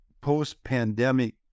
post-pandemic